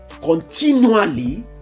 continually